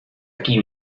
aquí